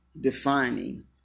defining